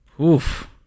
Oof